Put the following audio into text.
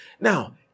Now